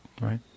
right